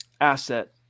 asset